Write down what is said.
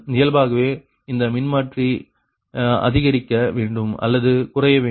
இயல்பாகவே இந்த மின்னியற்றி அதிகரிக்க வேண்டும் அல்லது குறைய வேண்டும்